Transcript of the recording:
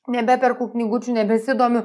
nebeperku knygučių nebesidomiu